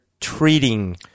treating